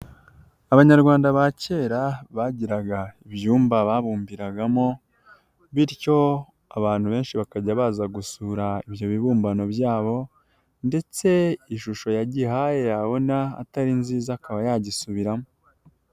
Abanyarwanda ba kera bagiraga ibyumba babumbiragamo ,bityo abantu benshi bakajya baza gusura ibyo bibumbano byabo, ndetse ishusho yagihaye yabona atari nziza akaba yagisubiramo.